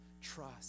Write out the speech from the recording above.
trust